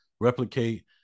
replicate